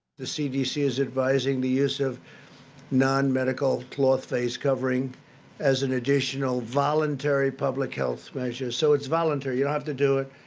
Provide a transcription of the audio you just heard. the cdc is advising the use of non-medical, cloth face covering as an additional, voluntary public health measure. so it's voluntary, you don't have to do it.